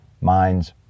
Minds